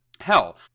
Hell